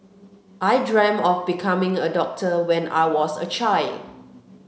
I dreamt of becoming a doctor when I was a child